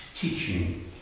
teaching